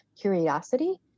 curiosity